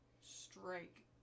strike